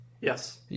Yes